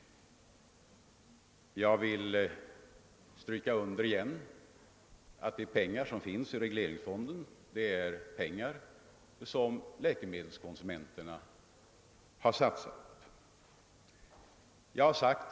Jag vill ännu en gång stryka under att de pengar som finns i fonden har läkemedelskonsumenterna satsat.